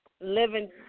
living